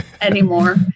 anymore